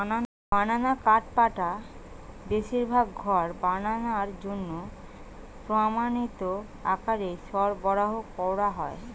বানানা কাঠপাটা বেশিরভাগ ঘর বানানার জন্যে প্রামাণিক আকারে সরবরাহ কোরা হয়